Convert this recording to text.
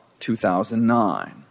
2009